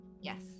yes